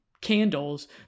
candles